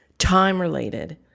time-related